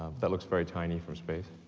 um that looks very tiny from space.